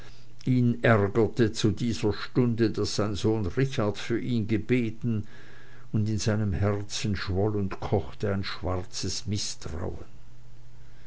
ihn ärgerte zu dieser stunde daß sein sohn richard für ihn gebeten und in seinem herzen schwoll und kochte ein schwarzes mißtrauen